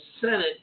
Senate